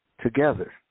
together